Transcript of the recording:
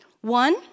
One